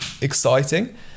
exciting